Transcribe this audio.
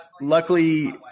Luckily